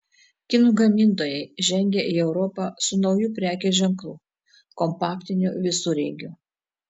kinų gamintojai žengia į europą su nauju prekės ženklu kompaktiniu visureigiu